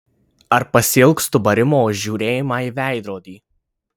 ar pasiilgstu barimo už žiūrėjimą į veidrodį